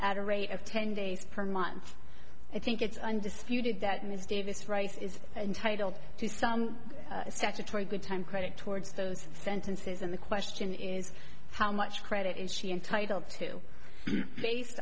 at a rate of ten days per month i think it's undisputed that ms davis rice is entitled to some statutory good time credit towards those sentences and the question is how much credit is she entitled to based